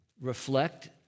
reflect